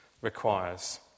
requires